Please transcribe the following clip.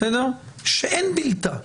שאין בילתה.